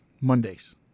Mondays